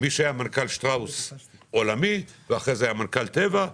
מי שהיה מנכ"ל שטראוס עולמי ואחר כך מנכ"ל טבע.